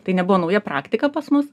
tai nebuvo nauja praktika pas mus